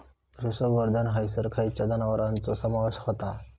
पशुसंवर्धन हैसर खैयच्या जनावरांचो समावेश व्हता?